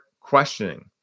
questioning